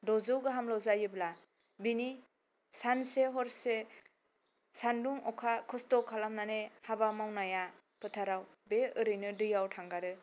द' जौ गाहामल' जायोब्ला बिनि सानसे हरसे सानदुं अखा खस्थ' खालामनानै हाबा मावनाया फोथाराव बे ओरैनो दैआव थांगारो